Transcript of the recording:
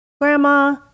Grandma